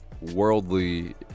Worldly